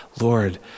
Lord